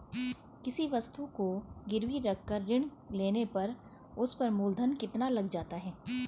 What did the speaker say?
किसी वस्तु को गिरवी रख कर ऋण लेने पर उस पर मूलधन कितना लग जाता है?